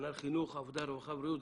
כנ"ל חינוך, העבודה, הרווחה והבריאות.